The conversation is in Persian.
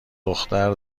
دختر